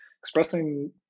expressing